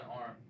arm